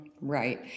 Right